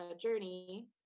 journey